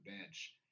bench